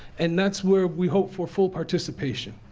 and that's where we hope for full participation.